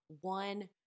one